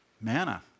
Manna